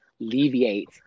alleviate